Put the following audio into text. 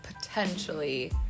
potentially